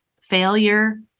failure